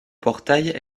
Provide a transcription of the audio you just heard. portail